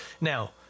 Now